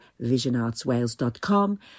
visionartswales.com